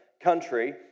country